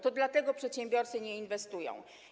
To dlatego przedsiębiorcy nie inwestują.